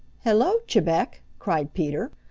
hello, chebec! cried peter.